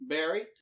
Barry